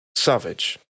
Savage